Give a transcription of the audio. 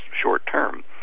short-term